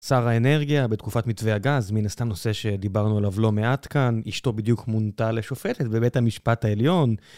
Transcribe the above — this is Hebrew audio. שר האנרגיה בתקופת מתווה הגז, מין סתם נושא שדיברנו עליו לא מעט כאן, אשתו בדיוק מונתה לשופטת בבית המשפט העליון.